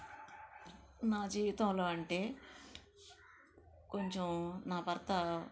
నా జీవితంలో అంటే కొంచెం నా భర్త